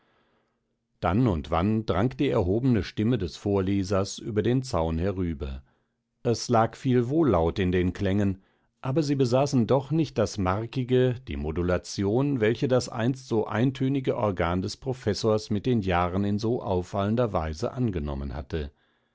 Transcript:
dann und wann drang die erhobene stimme des vorlesers über den zaun herüber es lag viel wohllaut in den klängen aber sie besaßen doch nicht das markige die modulation welche das einst so eintönige organ des professors mit den jahren in so auffallender weise angenommen hatte